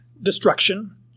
Destruction